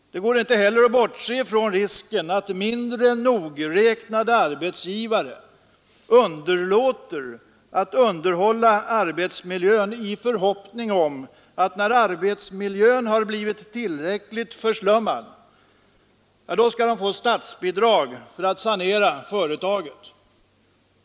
Det går inte att bortse från risken att mindre nogräknade arbetsgivare underlåter att underhålla arbetsmiljön i förhoppningen om att de, när arbetsmiljön är tillräckligt förslummad, skall få statsbidrag för att sanera företaget.